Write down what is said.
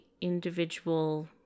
individual